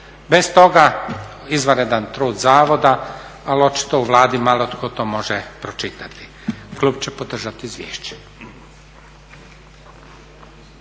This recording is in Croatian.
Bez toga izvanredan trud zavoda, ali očito u Vladi malo tko to može pročitati. Klub će podržati izvješće.